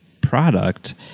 product